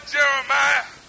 Jeremiah